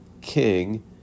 king